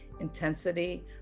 intensity